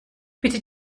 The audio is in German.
bitte